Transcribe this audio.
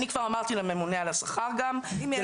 אני כבר אמרתי לממונה על השכר --- שערורייה.